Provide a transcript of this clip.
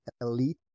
elite